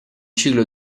ciclo